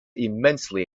immensely